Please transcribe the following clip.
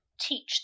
teach